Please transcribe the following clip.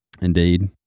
indeed